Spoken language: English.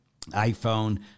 iPhone